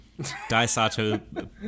Daisato